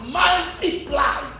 multiply